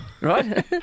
right